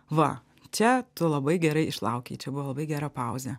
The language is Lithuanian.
va čia tu labai gerai išlaukei čia buvo labai gera pauzė